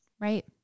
Right